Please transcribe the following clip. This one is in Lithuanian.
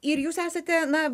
ir jūs esate na